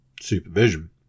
supervision